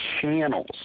channels